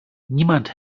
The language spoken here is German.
niemand